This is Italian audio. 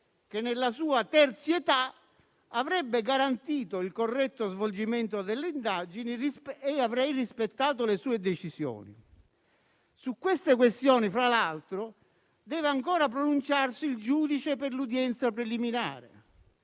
che, nella sua terzietà, avrebbe garantito il corretto svolgimento delle indagini e avrei rispettato le sue decisioni. Su tali questioni, fra l'altro, deve ancora pronunciarsi il giudice per l'udienza preliminare.